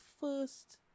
first